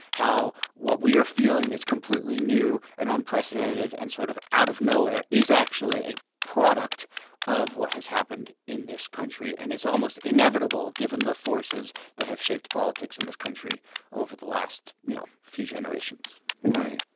how what we are feeling is completely new and unprecedented and sort of out of nowhere is actually a product of what has happened in this country and it's almost inevitable, given the forces that have shaped politics in this country over the last you know few generations right.